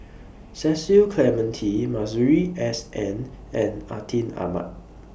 Cecil Clementi Masuri S N and Atin Amat